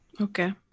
Okay